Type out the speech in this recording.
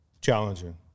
challenging